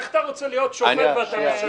איך אתה רוצה להיות שופט ואתה משקר?